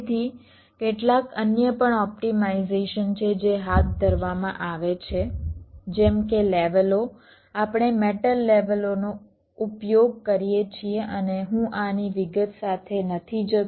તેથી કેટલાક અન્ય પણ ઓપ્ટિમાઇઝેશન છે જે હાથ ધરવામાં આવે છે જેમ કે લેવલો આપણે મેટલ લેવલોનો ઉપયોગ કરીએ છીએ અને હું આની વિગત સાથે નથી જતો